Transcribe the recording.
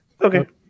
Okay